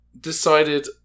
decided